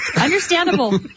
Understandable